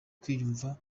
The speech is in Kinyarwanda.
kwiyumva